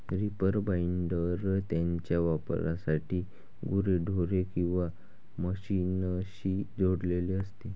reaper binder त्याच्या वापरासाठी गुरेढोरे किंवा मशीनशी जोडलेले असते